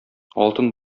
алтын